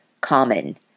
common